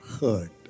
hurt